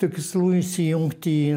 tikslu įsijungti į